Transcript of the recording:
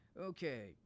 Okay